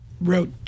wrote